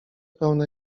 pełne